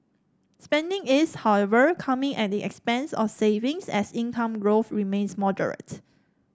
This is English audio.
spending is however coming at the expense of savings as income growth remains moderate